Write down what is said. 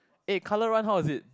eh colour run how was it